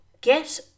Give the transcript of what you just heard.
get